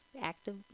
active